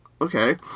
Okay